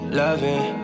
loving